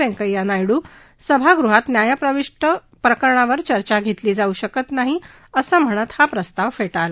व्यंक्छ्या नायडू सभागृहात न्यायप्रविष्ट प्रकरणावर चर्चा घेतली जाऊ शकत नाही असं म्हणत हा प्रस्ताव फे ळला